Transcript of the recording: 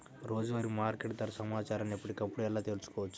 రోజువారీ మార్కెట్ ధర సమాచారాన్ని ఎప్పటికప్పుడు ఎలా తెలుసుకోవచ్చు?